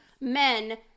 men